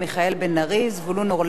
זבולון אורלב ואורי אריאל,